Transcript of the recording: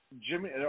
Jimmy